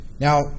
Now